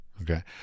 Okay